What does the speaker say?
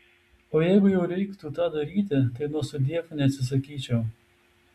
o jeigu jau reiktų tą daryti tai nuo sudiev neatsisakyčiau